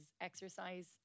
exercise